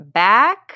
back